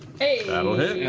that'll hit. and